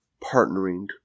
partnering